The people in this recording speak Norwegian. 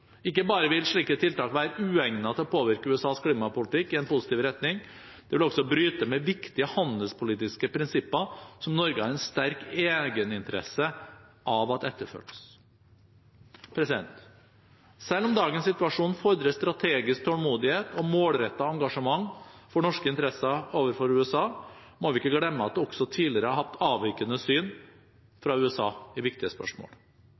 Ikke bare vil slike tiltak være uegnet til å påvirke USAs klimapolitikk i en positiv retning; det vil også bryte med viktige handelspolitiske prinsipper som Norge har en sterk egeninteresse av etterfølges. Selv om dagens situasjon fordrer strategisk tålmodighet og målrettet engasjement for norske interesser overfor USA, må vi ikke glemme at vi også tidligere har hatt avvikende syn fra USA i viktige spørsmål,